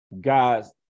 God's